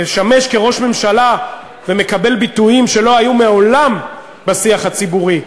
משמש כראש ממשלה ומקבל ביטויים שלא היו מעולם בשיח הציבורי,